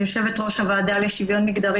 אני יושבת-ראש הוועדה לשוויון מגדרי